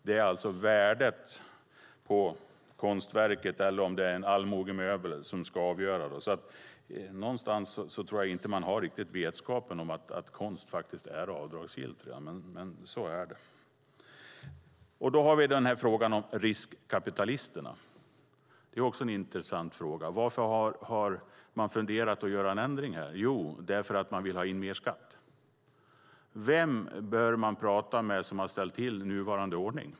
Det är alltså värdet på konstverket, eller om det är en allmogemöbel, som avgör. Jag tror inte att man riktigt har vetskap om att konst faktiskt är avdragsgill, men så är det. Sedan har vi frågan om riskkapitalisterna. Också det är en intressant fråga. Varför har man funderat på att göra en ändring här? Jo, därför att man vill ha in mer skatt. Vem bör man tala med som ställt till med nuvarande ordning?